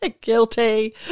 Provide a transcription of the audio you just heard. Guilty